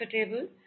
comfortable